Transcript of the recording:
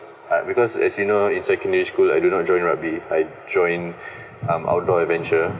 uh because as you know in secondary school I do not join rugby I join um outdoor adventure